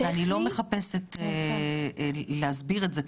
ואני לא מחפשת להסביר את זה כמובן,